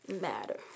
matter